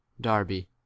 Darby